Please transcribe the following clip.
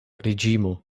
reĝimo